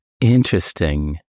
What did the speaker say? Interesting